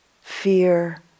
fear